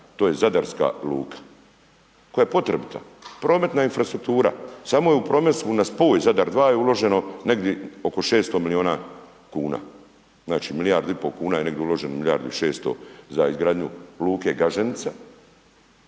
to je zadarska luka koja je potrebita. Prometna infrastruktura, samo je u prometu na spoj Zadar II uloženo negdje oko 600 milijuna kuna. Znači milijardi u pol kuna je negdje uloženo, milijardu i 600 za izgradnju luke Gaženica